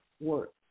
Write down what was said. work